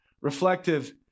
reflective